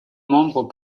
membres